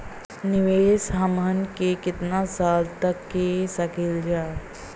निवेश हमहन के कितना साल तक के सकीलाजा?